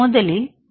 முதலில் பி